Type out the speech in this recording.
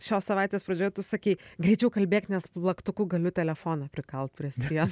šios savaitės pradžioj tu sakei greičiau kalbėk nes plaktuku galiu telefoną prikalt prie sienos